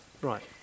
Right